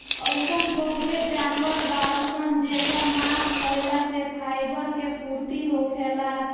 अइसन बहुते जानवर बाड़सन जेकर मांस खाइला से फाइबर मे पूर्ति होखेला